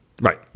Right